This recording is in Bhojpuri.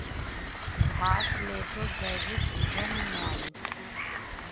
घासलेटो जैविक ईंधन में आई